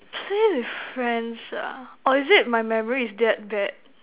play with friends ah or is it my memory is that bad